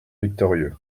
victorieux